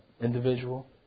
individual